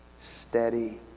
steady